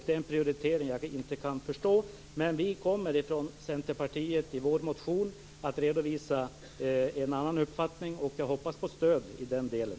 Den prioriteringen kan jag inte förstå. Men vi kommer från Centerpartiet i vår motion att redovisa en annan uppfattning, och jag hoppas på stöd i den delen.